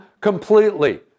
completely